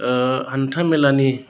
हान्था मेलानि